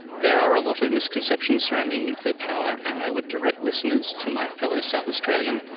there are a lot of misconceptions surrounding nuclear power and i would direct listeners to my fellow south australian,